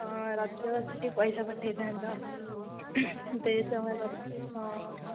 ହଁ ରଜ ଅଛି ଟିକେ ପଇସା ପଠାଇଥାନ୍ତ ଡ୍ରେସ୍ ହଁ